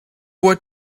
what